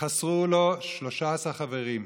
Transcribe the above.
חסרו לו 13 חברים.